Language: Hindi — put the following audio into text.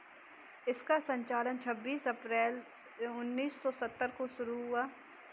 इसका संचालन छब्बीस अप्रैल उन्नीस सौ सत्तर को शुरू हुआ